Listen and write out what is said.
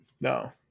No